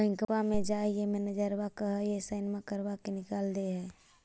बैंकवा मे जाहिऐ मैनेजरवा कहहिऐ सैनवो करवा के निकाल देहै?